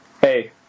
Hey